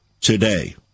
today